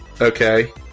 Okay